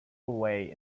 away